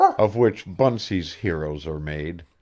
of which bunsey's heroes are made,